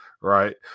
right